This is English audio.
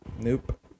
Nope